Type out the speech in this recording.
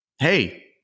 Hey